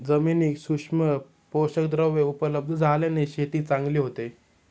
जमिनीत सूक्ष्म पोषकद्रव्ये उपलब्ध झाल्याने शेती चांगली होते